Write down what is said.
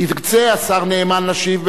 ירצה השר נאמן להשיב,